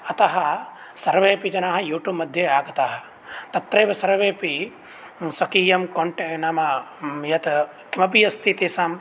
अतः सर्वेऽपि जनाः यूटूब् मध्ये आगताः तत्रैव सर्वेऽपि स्वकीयं कोण्टे नाम यत् किमपि अस्ति तेषां